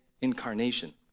incarnation